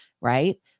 Right